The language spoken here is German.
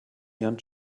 ihren